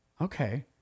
okay